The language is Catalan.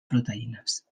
proteïnes